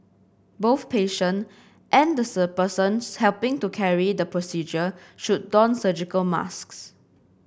both patient and the sir persons helping to carry the procedure should don surgical masks